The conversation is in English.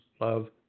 love